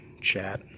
chat